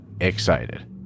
excited